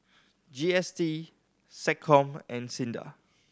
G S T SecCom and SINDA